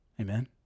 Amen